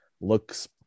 looks